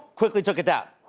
quickly took it out.